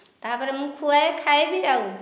ତାପରେ ମୁଁ ଖୁଆଏ ଖାଏ ବି ଆଉ